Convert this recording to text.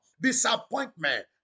disappointment